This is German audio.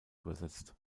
übersetzt